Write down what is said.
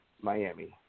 Miami